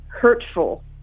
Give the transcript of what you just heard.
hurtful